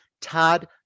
Todd